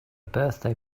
birthday